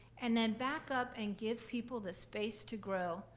and then back up and give people the space to grow.